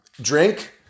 drink